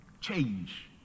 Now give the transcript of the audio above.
change